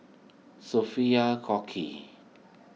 Sophia Cooke